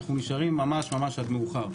שאנחנו נשארים ממש עד מאוחר.